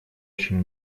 очень